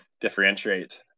differentiate